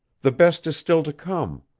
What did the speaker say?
the best is still to come.